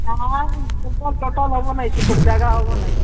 ନାଇଁ ଟୋଟାଲ୍ ହେବ ନାହିଁ ସେପଟେ ଜାଗା ହେବନାହିଁ